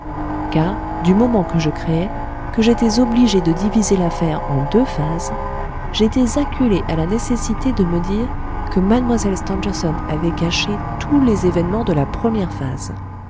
car du moment que je créais que j'étais obligé de diviser l'affaire en deux phases j'étais acculé à la nécessité de me dire que mlle stangerson avait caché tous les événements de la première phase